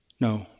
no